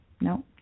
no